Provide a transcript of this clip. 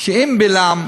שאם בלעם,